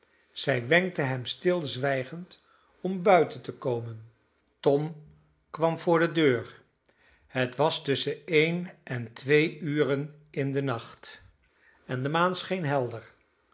zij wenkte hem stilzwijgend om buiten te komen tom kwam voor de deur het was tusschen één en twee uren in den nacht en de maan scheen helder